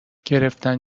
گرفتن